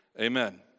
Amen